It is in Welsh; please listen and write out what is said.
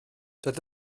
doedd